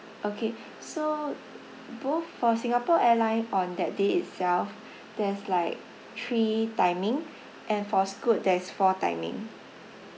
okay so both for singapore airline on that day itself there's like three timing and for scoot there's four timing